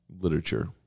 literature